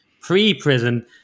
pre-prison